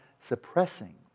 suppressing